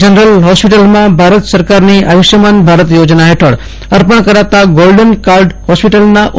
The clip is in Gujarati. જનરલ હોસ્પિટલ માં ભારત સરકારની પ્રધાનમંત્રી આયુષ્માન ભારત યોજના હેઠળ અર્પણ કરાતા ગોલ્ડન કાર્ડ ફોસ્પિટલના ઓ